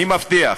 אני מבטיח,